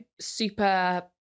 super